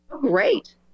Great